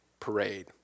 parade